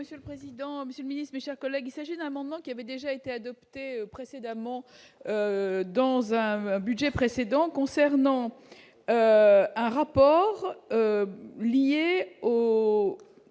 monsieur le président Monsieur, mes chers collègues, il s'agit d'un amendement qui avait déjà été adoptée précédemment dans un budget précédent concernant un rapport liée au